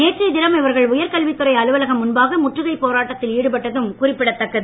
நேற்றைய தினம் இவர்கள் உயர்கல்வித் துறை அலுவலகம் முன்பாக முற்றுகை போராட்டத்தில் ஈடுபட்டதும் குறிப்பிடத்தக்கது